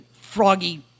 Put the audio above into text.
froggy